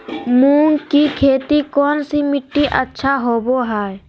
मूंग की खेती कौन सी मिट्टी अच्छा होबो हाय?